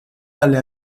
dalle